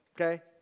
Okay